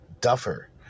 duffer